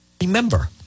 remember